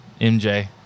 MJ